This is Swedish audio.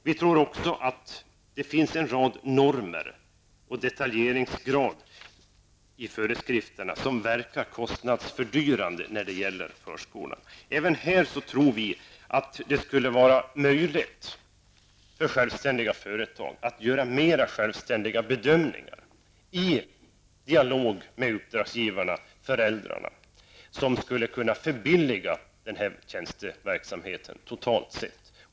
Vi tror också att det finns en rad normer och detaljeringsgrader i föreskrifterna som verkar kostnadsfördyrande när det gäller barnomsorgen. Även i detta sammanhang tror vi att det skulle vara möjligt för självständiga företag att göra bättre behovsbedömningar i dialog med uppdragsgivarna, föräldrarna, vilket skulle kunna förbilliga den här tjänsteverksamheten totalt sett.